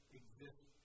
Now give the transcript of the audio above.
exist